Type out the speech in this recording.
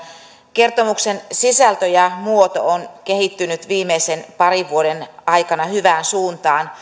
kertomuksen sisältö ja muoto on kehittynyt viimeisten parin vuoden aikana hyvään suuntaan